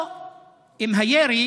או אם הירי